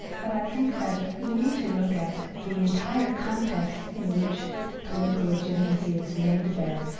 but i think that we need to look at the entire context in which political legitimacy is made there,